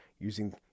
using